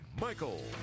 Michael